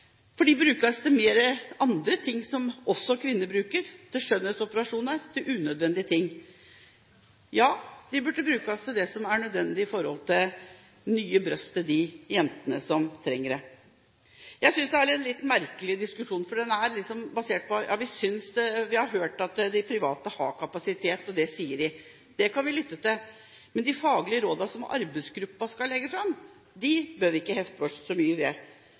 fordi de brukes av kvinner til andre ting, til skjønnhetsoperasjoner, til unødvendige ting. De burde brukes til det som er nødvendig, nemlig nye bryst til de jentene som trenger det. Jeg synes det er en litt merkelig diskusjon. Vi har hørt opposisjonen si at de private har kapasitet, for det, sier de, kan vi lytte til, men de faglige rådene som arbeidsgruppen skal legge fram, bør vi ikke hefte oss så mye ved. De private klinikkene kan jo ikke være sannhetsvitner på at de skal rekke alt de ønsker innen ett år. Vi